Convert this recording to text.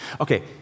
Okay